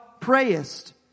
prayest